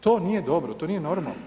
To nije dobro, to nije normalno.